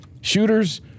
Shooters